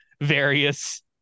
various